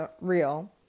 real